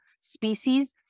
species